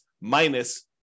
minus